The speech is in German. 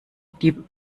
blieb